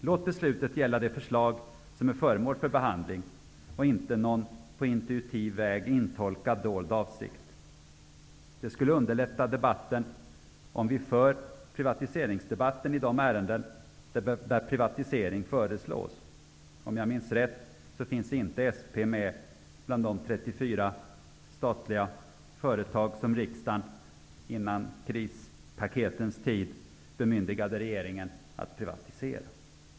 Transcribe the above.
Låt beslutet gälla det förslag som är föremål för behandling och inte någon på intuitiv väg intolkad dold avsikt! Det skulle underlätta privatiseringsdebatten, om den förs i de ärenden där privatisering föreslås. Om jag minns rätt finns SP inte med bland de 34 statliga företag som riksdagen före krispaketets tid bemyndigade regeringen att privatisera.